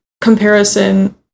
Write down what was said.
comparison